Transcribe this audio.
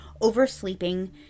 oversleeping